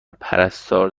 پرستار